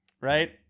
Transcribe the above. right